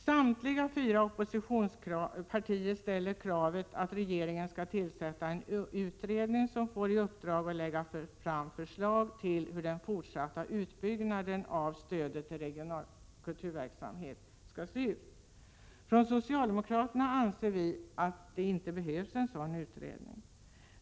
Samtliga fyra oppositionspartier ställer kravet att regeringen skall tillsätta en utredning, som får i uppdrag att lägga fram förslag till den fortsatta utbyggnaden av det statliga stödet till regional kulturverksamhet. Från socialdemokraterna anser vi att en sådan utredning inte behövs.